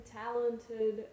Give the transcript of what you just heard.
talented